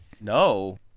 No